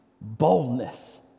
boldness